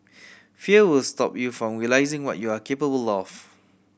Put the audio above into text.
fear will stop you from realising what you are capable of